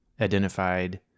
identified